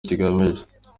kigamije